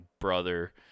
brother